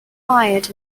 fired